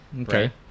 Okay